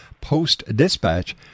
Post-Dispatch